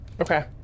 Okay